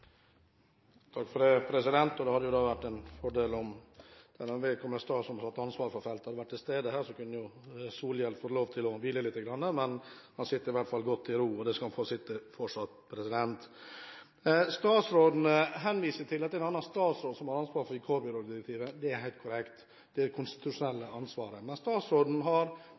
Det hadde jo vært en fordel om vedkommende statsråd som har ansvaret for feltet, hadde vært til stede her, så kunne statsråd Solhjell fått lov til å hvile lite grann, men han sitter i hvert fall godt i ro, og der skal han fortsatt få sitte. Statsråden henviser til at det er en annen statsråd som har det konstitusjonelle ansvaret for vikarbyrådirektivet, og det er helt korrekt, men statsråden har